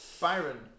Byron